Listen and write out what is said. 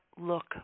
look